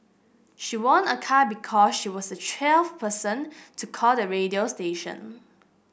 she won a car because she was the twelfth person to call the radio station